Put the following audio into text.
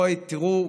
אוי, תראו,